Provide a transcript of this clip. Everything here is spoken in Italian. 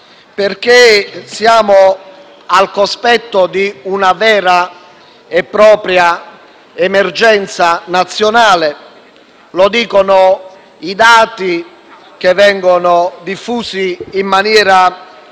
perché siamo al cospetto di una vera e propria emergenza nazionale. Lo dicono i dati che vengono diffusi in maniera